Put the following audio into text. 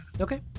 Okay